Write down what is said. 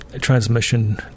transmission